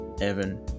Evan